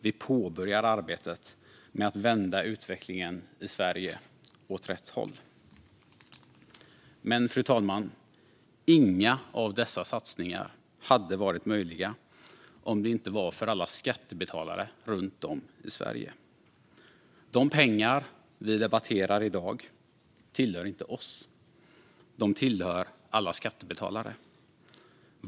Vi påbörjar arbetet med att vända utvecklingen i Sverige åt rätt håll. Fru talman! Inga av dessa satsningar hade varit möjliga om det inte varit för alla skattebetalare runt om i Sverige. De pengar vi debatterar i dag tillhör inte oss utan de tillhör alla skattebetalare.